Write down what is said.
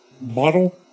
bottle